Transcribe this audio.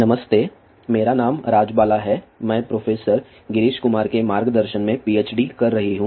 नमस्ते मेरा नाम राजबाला है मैं प्रोफेसर गिरीश कुमार के मार्गदर्शन में PhD कर रही हूं